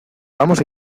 vamos